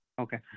Okay